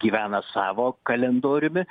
gyvena savo kalendoriumi